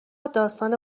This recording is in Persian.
داستان